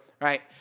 right